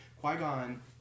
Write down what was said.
Qui-Gon